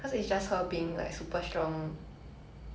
if you were to summarize in one sentence